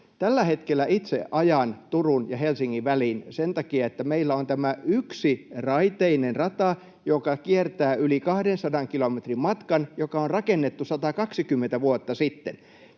Tällä hetkellä itse ajan Turun ja Helsingin välin sen takia, että meillä on tämä yksiraiteinen rata, joka kiertää yli 200 kilometrin matkan ja joka on rakennettu 120 vuotta sitten.